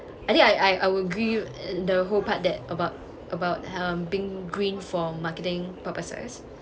I think I I will agree the whole part that about about um being green for marketing purposes